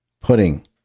Pudding